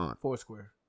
Foursquare